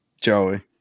Joey